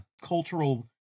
cultural